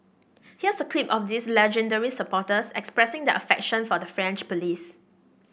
here's a clip of these legendary supporters expressing their affection for the French police